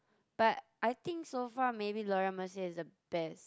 but I think so far maybe Laura-Mercier is the best